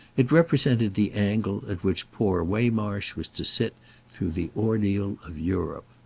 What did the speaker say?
it represented the angle at which poor waymarsh was to sit through the ordeal of europe.